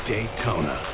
Daytona